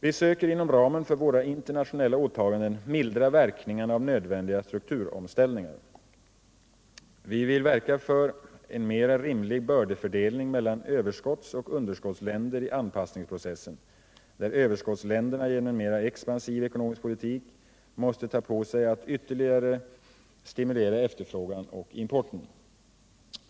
Vi söker inom ramen för våra internationella åtaganden mildra verkningarna av nödvändiga strukturomställningar. Vi vill verka för en mera rimlig bördefördelning mellan överskottsoch underskottsländer i anpassningsprocessen, där överskottsländerna genom en mera expansiv ekonomisk politik måste ta på sig att ytterligare stimulera efterfrågan och importen.